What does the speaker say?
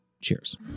Cheers